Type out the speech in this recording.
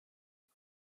and